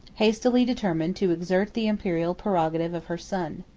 hastily determined to exert the imperial prerogative of her son.